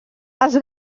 els